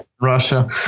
Russia